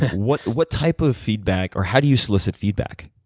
what what type of feedback, or how do you solicit feedback?